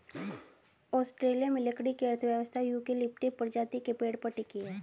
Australia में लकड़ी की अर्थव्यवस्था यूकेलिप्टस प्रजाति के पेड़ पर टिकी है